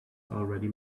already